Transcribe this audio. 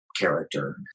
character